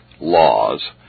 laws